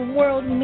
World